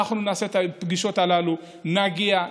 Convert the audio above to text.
אנחנו נעשה את הפגישות הללו, נגיע.